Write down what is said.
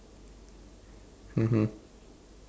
mmhmm